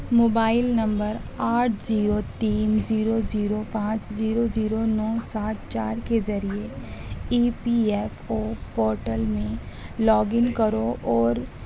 mobile number آٹھ zero تین zero zero پانچ زیرو زیرو نو سات چار کے ذریعے E P F O portal میں لاگ ان کرو اور